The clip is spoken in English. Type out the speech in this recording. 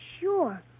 Sure